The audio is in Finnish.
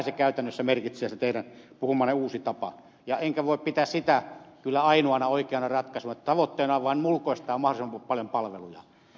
sitähän käytännössä merkitsee se teidän puhumanne uusi tapa enkä voi pitää sitä kyllä ainoana oikeana ratkaisuna että tavoitteena on vain ulkoistaa mahdollisimman paljon palveluja